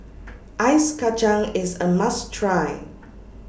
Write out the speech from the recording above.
Ice Kacang IS A must Try